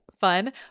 fun